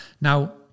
Now